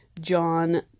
John